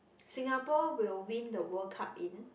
Singapore will win the World Cup in